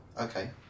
Okay